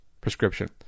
prescription